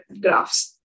graphs